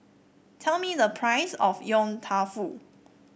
tell me the price of Yong Tau Foo